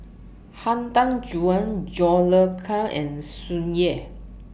Han Tan Juan John Le Cain and Tsung Yeh